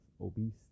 obese